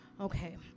Okay